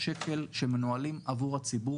משקיעים בתשתית של הרכבת התחתית שם יותר מפה,